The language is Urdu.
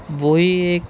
وہی ایک